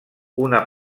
una